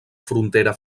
frontera